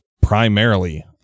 primarily